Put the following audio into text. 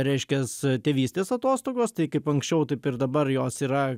reiškias tėvystės atostogos tai kaip anksčiau taip ir dabar jos yra